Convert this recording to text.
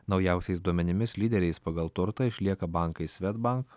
naujausiais duomenimis lyderiais pagal turtą išlieka bankai swedbank